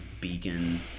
beacon